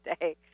Day